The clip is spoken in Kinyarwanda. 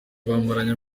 bamaranye